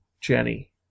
Jenny